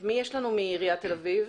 מי יש לנו מעיריית תל אביב?